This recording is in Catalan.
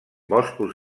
boscos